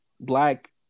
black